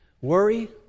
Worry